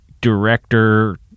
director